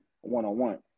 one-on-one